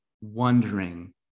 wondering